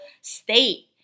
state